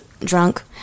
drunk